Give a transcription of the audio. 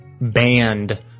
banned